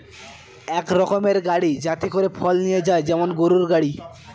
এক রকমের গাড়ি যাতে করে ফল নিয়ে যায় যেমন গরুর গাড়ি